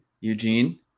eugene